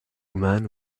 woman